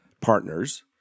partners